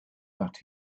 that